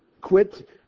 quit